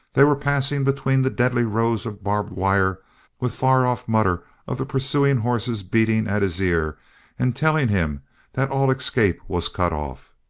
they were passing between the deadly rows of barbed wire with far-off mutter of the pursuing horses beating at his ear and telling him that all escape was cut off.